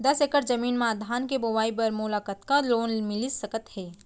दस एकड़ जमीन मा धान के बुआई बर मोला कतका लोन मिलिस सकत हे?